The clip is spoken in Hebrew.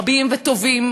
רבים וטובים,